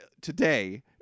today